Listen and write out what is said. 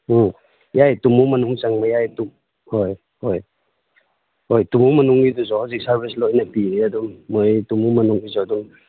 ꯎꯝ ꯌꯥꯏꯌꯦ ꯇꯨꯃꯨ ꯃꯅꯨꯡ ꯆꯪꯕ ꯌꯥꯏ ꯍꯣꯏ ꯍꯣꯏ ꯍꯣꯏ ꯇꯨꯃꯨ ꯃꯅꯨꯡꯒꯤꯗꯨꯁꯨ ꯍꯧꯖꯤꯛ ꯁꯥꯔꯕꯤꯁ ꯂꯣꯏꯅ ꯄꯤꯔꯤ ꯑꯗꯨꯝ ꯃꯣꯏ ꯇꯨꯃꯨ ꯃꯅꯨꯡꯒꯤꯁꯨ ꯑꯗꯨꯝ